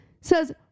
says